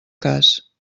cas